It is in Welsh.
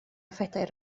phedair